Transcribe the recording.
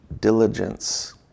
diligence